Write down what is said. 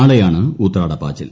നാളെയാണ് ഉത്രാടപ്പാച്ചിൽ